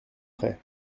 prêt